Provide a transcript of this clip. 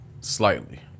Slightly